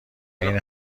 این